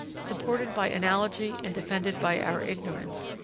supported by analogy and defended by our ignorance.